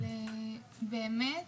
באמת,